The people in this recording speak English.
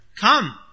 Come